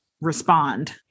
respond